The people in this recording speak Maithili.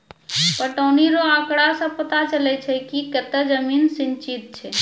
पटौनी रो आँकड़ा से पता चलै छै कि कतै जमीन सिंचित छै